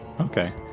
Okay